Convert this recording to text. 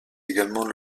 également